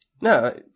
No